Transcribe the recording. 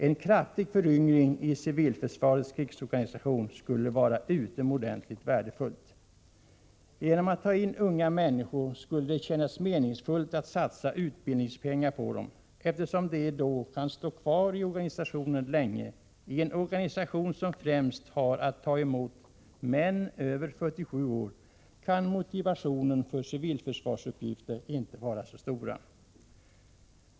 En kraftig föryngring i civilförsvarets krigsorganisation skulle vara något utomordentligt värdefullt. Det skulle kännas meningsfullt att satsa utbildningspengar på unga människor, eftersom de kan stå kvar i organisationen länge. I en organisation som främst har att ta emot män över 47 år kan motivationen för civilförsvarsuppgifterna inte vara så stor.